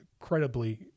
incredibly